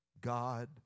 God